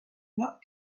not